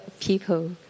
people